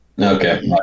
Okay